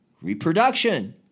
reproduction